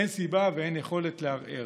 אין סיבה ואין יכולת לערער.